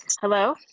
Hello